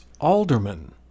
alderman